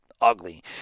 ugly